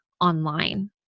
online